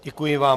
Děkuji vám.